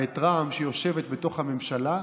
ואת רע"מ שיושבת בתוך הממשלה,